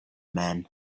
men